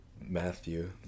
matthew